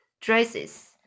dresses